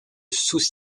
sous